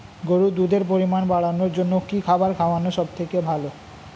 গরুর দুধের পরিমাণ বাড়ানোর জন্য কি খাবার খাওয়ানো সবথেকে ভালো?